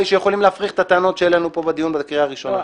שיכולים להפריך את הטענות שהעלינו פה בדיון בקריאה ראשונה.